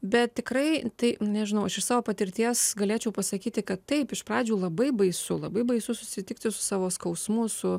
bet tikrai tai nežinau aš iš savo patirties galėčiau pasakyti kad taip iš pradžių labai baisu labai baisu susitikti su savo skausmu su